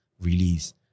release